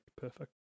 perfect